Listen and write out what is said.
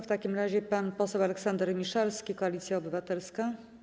W takim razie pan poseł Aleksander Miszalski, Koalicja Obywatelska.